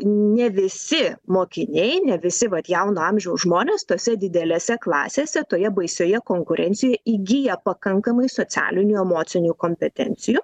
ne visi mokiniai ne visi vat jauno amžiaus žmonės tose didelėse klasėse toje baisioje konkurencijoje įgija pakankamai socialinių emocinių kompetencijų